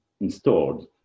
installed